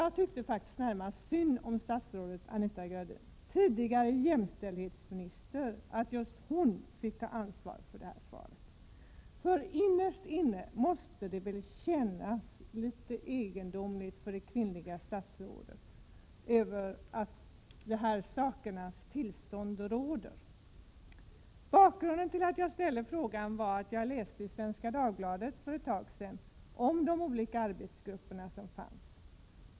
Jag tycker närmast synd om statsrådet Anita Gradin, tidigare jämställdhetsminister, för att just hon fått ta ansvaret för det här svaret. Innerst inne måste väl det sakernas tillstånd som råder kännas litet egendomligt för det kvinnliga statsrådet. Bakgrunden till att jag ställde frågan var att jag för ett tag sedan läste i Svenska Dagbladet om de olika arbetsgrupper som finns.